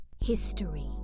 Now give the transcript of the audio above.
history